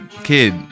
kid